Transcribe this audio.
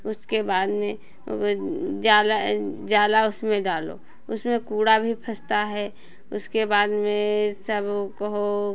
उसके बाद में जाला जाला उसमें डालो उसमें कूड़ा भी फँसता है उसके बाद में सब वो कहो